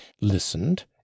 listened